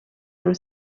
your